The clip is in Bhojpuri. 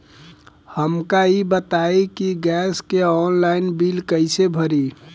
हमका ई बताई कि गैस के ऑनलाइन बिल कइसे भरी?